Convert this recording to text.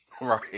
right